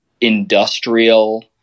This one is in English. industrial